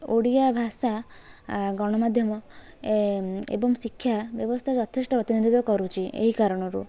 ଓଡ଼ିଆ ଭାଷା ଗଣମାଧ୍ୟମ ଏବଂ ଶିକ୍ଷା ବ୍ୟବସ୍ଥା ଯଥେଷ୍ଟ ପ୍ରତିନିଧିତ୍ଵ କରୁଛି ଏହି କାରଣରୁ